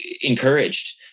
encouraged